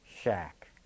shack